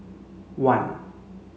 one